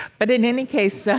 but in any case, so